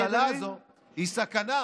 למה הממשלה הזאת היא סכנה.